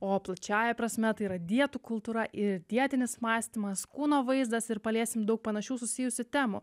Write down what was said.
o plačiąja prasme tai yra dietų kultūra ir dietinis mąstymas kūno vaizdas ir paliesim daug panašių susijusių temų